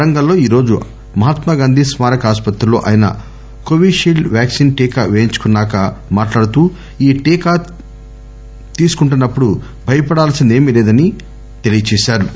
వరంగల్ లో ఈరోజు మహాత్మాగాంధీ స్మారక ఆసుపత్రిలో ఆయన కోవి షీల్డ్ వ్యాక్సిన్ టీకా పేయించుకున్నాక మాట్లాడుతూ ఈ టీకా తీసుకుంటున్న ప్పుడు భయపడాల్సింది ఏమీ లేదని దయాకరరావు అన్నా రు